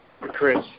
Chris